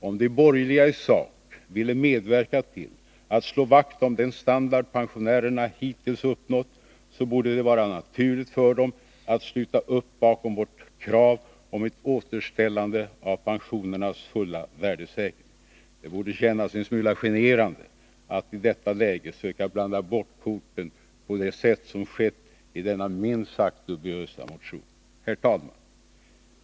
Om de borgerliga i sak ville medverka till att slå vakt om den standard pensionärerna hittills uppnått, så borde det vara naturligt för dem att sluta upp bakom vårt krav om ett återställande av pensionernas fulla värdesäkring. Det borde kännas en smula generande att i detta läge söka blanda bort korten på det sätt som skett i denna minst sagt dubiösa motion. Herr talman!